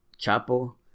Chapo